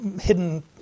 hidden